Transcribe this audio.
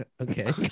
Okay